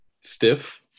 stiff